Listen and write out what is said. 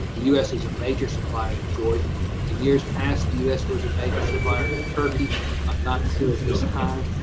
the u s. is a major supplier to jordan. in years past, the u s. was a major supplier to turkey. i'm not sure at this time,